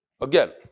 Again